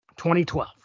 2012